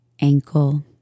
ankle